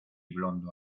blondo